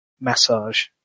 Massage